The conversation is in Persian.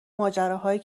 ماجراهایی